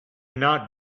not